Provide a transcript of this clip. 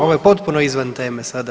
Ovo je potpuno izvan teme sada.